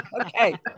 Okay